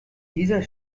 dieser